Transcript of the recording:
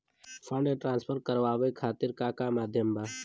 Fund transfer करवाये खातीर का का माध्यम बा?